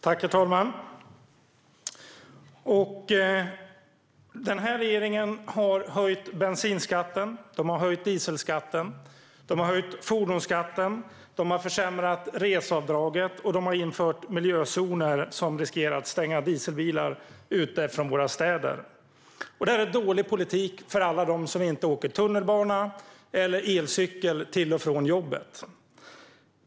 Herr talman! Regeringen har höjt bensinskatten, dieselskatten och fordonsskatten. Den har försämrat reseavdraget, och den har infört miljözoner som riskerar att stänga dieselbilar ute från våra städer. Det är dålig politik för alla dem som inte åker tunnelbana eller elcykel till och från jobbet.